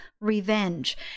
revenge